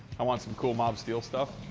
i want some cool mobsteel stuff.